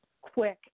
quick